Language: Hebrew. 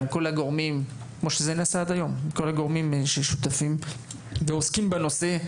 עם כל הגורמים ששותפים ועוסקים בנושא,